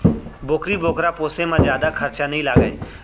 बोकरी बोकरा पोसे म जादा खरचा नइ लागय